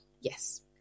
yes